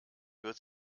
wird